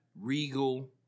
Regal